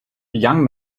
young